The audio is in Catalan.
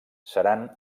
seran